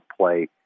play